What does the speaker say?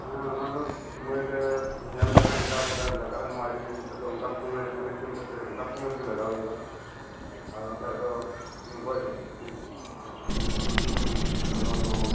ᱦᱮᱸ ᱚᱱᱟ ᱫᱚ ᱥᱚᱢᱚᱭ ᱨᱮ ᱧᱮᱞ ᱞᱮᱠᱷᱟᱱ ᱚᱱᱠᱟ ᱞᱮᱠᱟ ᱞᱟᱜᱟᱜᱼᱟ ᱱᱚᱣᱟ ᱡᱤᱱᱤᱥ ᱱᱤᱛᱳᱜ ᱫᱚ ᱚᱱᱠᱟ ᱥᱚᱢᱚᱭ ᱨᱮ ᱠᱟᱞ ᱮᱠᱥᱮᱱ ᱠᱟᱛᱮᱫ ᱚᱱᱠᱟᱱ ᱥᱚᱢᱚᱭ ᱨᱮᱜᱮ ᱞᱟᱜᱟᱣ ᱦᱩᱭᱩᱜᱼᱟ ᱟᱨ ᱵᱟᱠᱷᱟᱱ ᱫᱚ ᱜᱚᱡᱚᱜᱼᱟ ᱦᱮᱸ ᱯᱷᱚᱞᱚᱱ ᱠᱚᱢᱚᱜᱼᱟ